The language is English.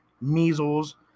measles